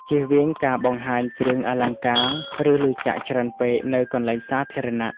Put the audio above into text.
ជៀសវាងការបង្ហាញគ្រឿងអលង្ការ ឬលុយកាក់ច្រើនពេកនៅកន្លែងសាធារណៈ។